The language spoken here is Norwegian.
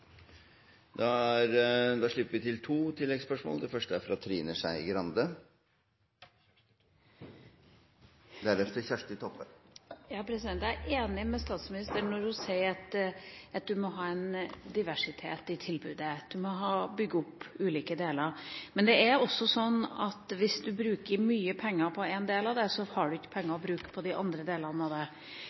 vi hadde prioritert pengene. Trine Skei Grande – til oppfølgingsspørsmål. Jeg er enig med statsministeren når hun sier at du må ha en diversitet i tilbudet. Du må bygge opp ulike deler. Men det er også sånn at hvis du bruker mye penger på én del av tilbudet, har du ikke penger å bruke på de andre delene av tilbudet. Det